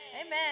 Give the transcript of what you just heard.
Amen